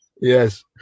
Yes